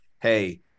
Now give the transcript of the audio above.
hey